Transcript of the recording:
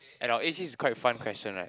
at our age this is quite fun question right